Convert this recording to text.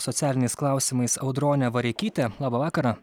socialiniais klausimais audronė vareikytė laba vakarą